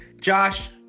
Josh